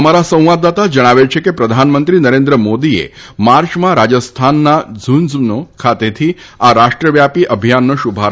અમારા સંવાદદાતા જણાવે છે કે પ્રધાનમંત્રી નરેન્દ્ર મોદીએ માર્ચમાં રાજસ્થાનના ઝુંઝનું ખાતેથી આ રાષ્ટ્રવ્યાપી અભિયાનનો શુભારંભ કર્યો હતો